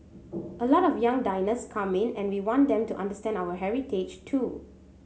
a lot of young diners come in and we want them to understand our heritage too